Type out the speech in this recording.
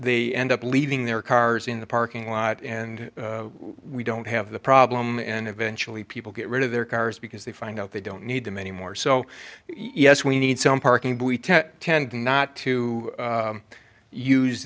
they end up leaving their cars in the parking lot and we don't have the problem and eventually people get rid of their cars because they find out they don't need them anymore so yes we need some parking but we tend not to u